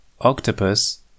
octopus